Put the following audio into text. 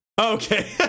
okay